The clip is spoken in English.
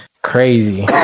Crazy